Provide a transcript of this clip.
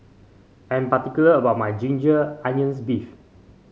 I am particular about my Ginger Onions beef